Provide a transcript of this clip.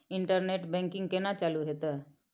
Internet banking केना चालू हेते?